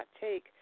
take